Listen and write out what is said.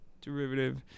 Derivative